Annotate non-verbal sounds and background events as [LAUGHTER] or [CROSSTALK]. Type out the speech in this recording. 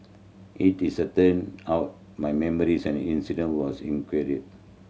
it is a turned out my memories and incident was [UNINTELLIGIBLE]